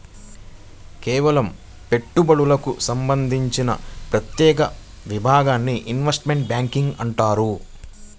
కేవలం పెట్టుబడులకు సంబంధించిన ప్రత్యేక విభాగాన్ని ఇన్వెస్ట్మెంట్ బ్యేంకింగ్ అంటారు